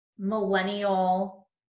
millennial